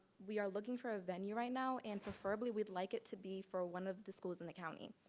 we are looking for a venue right now and preferably we'd like it to be for one of the schools in the county.